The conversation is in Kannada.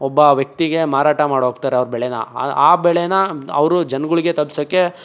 ಒಬ್ಬ ವ್ಯಕ್ತಿಗೆ ಮಾರಾಟ ಮಾಡೋಗ್ತಾರೆ ಅವ್ರ ಬೆಳೆನ ಆ ಆ ಬೆಳೆನ ಅವರು ಜನಗಳಿಗೆ ತಲುಪ್ಸೊಕ್ಕೆ